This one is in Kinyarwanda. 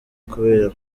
kubera